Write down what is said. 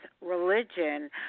religion